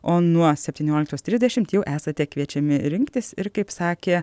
o nuo septynioliktos trisdešimt jau esate kviečiami rinktis ir kaip sakė